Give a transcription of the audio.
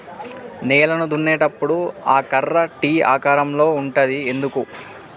నేలను దున్నేటప్పుడు ఆ కర్ర టీ ఆకారం లో ఉంటది ఎందుకు?